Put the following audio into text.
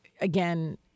again